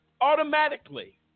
Automatically